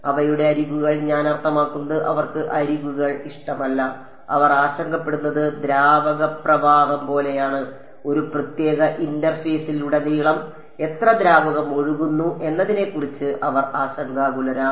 അവയുടെ അരികുകൾ ഞാൻ അർത്ഥമാക്കുന്നത് അവർക്ക് അരികുകൾ ഇഷ്ടമല്ല അവർ ആശങ്കപ്പെടുന്നത് ദ്രാവക പ്രവാഹം പോലെയാണ് ഒരു പ്രത്യേക ഇന്റർഫേസിലുടനീളം എത്ര ദ്രാവകം ഒഴുകുന്നു എന്നതിനെക്കുറിച്ച് അവർ ആശങ്കാകുലരാണ്